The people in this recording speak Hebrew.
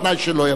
על-תנאי שלא יבוא,